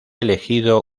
elegido